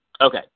Okay